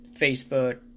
Facebook